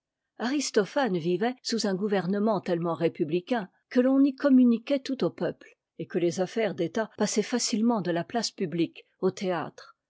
aristophane vivait sous un gouvernement tellement républicain que l'on y communiquait tout au peuple et que les affaires d'état passaient facilement de la place publique au théâtre